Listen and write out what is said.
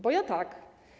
Bo ja tak.